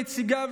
נציגיו,